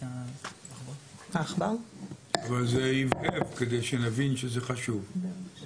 38 אחוז מהתיקים נפתחו במחוז